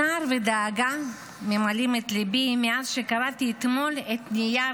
צער ודאגה ממלאים את ליבי מאז שקראתי אתמול את נייר